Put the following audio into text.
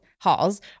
halls